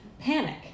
panic